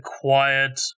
quiet